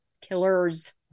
killers